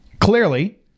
clearly